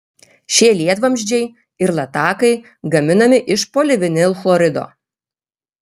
šie lietvamzdžiai ir latakai gaminami iš polivinilchlorido